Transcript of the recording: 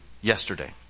yesterday